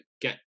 get